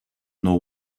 nor